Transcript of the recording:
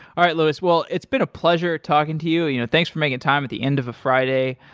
all right, louis well it's been a pleasure talking to you. you know thanks for making time at the end of a friday.